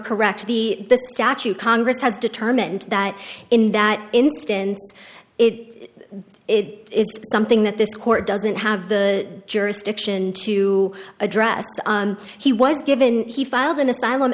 correct the statute congress has determined that in that instance it it's something that this court doesn't have the jurisdiction to address he was given he filed an asylum